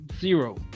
zero